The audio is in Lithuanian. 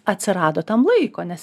atsirado tam laiko nes